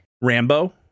Rambo